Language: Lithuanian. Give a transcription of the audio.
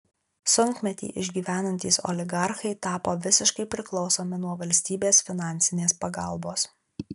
sunkmetį išgyvenantys oligarchai tapo visiškai priklausomi nuo valstybės finansinės pagalbos